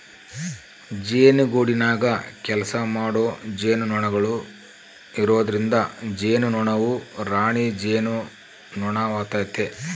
ಜೇನುಗೂಡಿನಗ ಕೆಲಸಮಾಡೊ ಜೇನುನೊಣಗಳು ಇರೊದ್ರಿಂದ ಜೇನುನೊಣವು ರಾಣಿ ಜೇನುನೊಣವಾತತೆ